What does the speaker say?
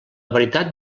veritat